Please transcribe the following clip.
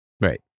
right